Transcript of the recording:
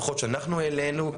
לפחות שאנחנו העלינו,